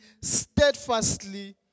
steadfastly